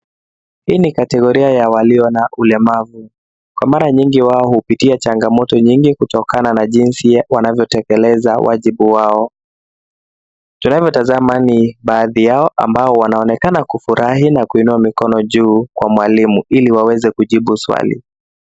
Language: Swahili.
Hii ni kategoria ya walio na ulemavu. Kwa mara nyingi wao hupitia changamoto nyingi kutokana na jinsi wanavyotekeleza wajibu wao. Tunavyotazama ni baadhi yao ambao wanaonekana kufurahi na kuinua mikono juu kwa mwalimu ili waweze kujibu swali.